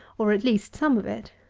or at least some of it.